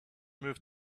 moved